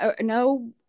no